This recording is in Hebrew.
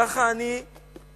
כך אני אמרתי,